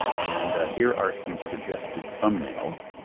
and here are some suggested thumbnails.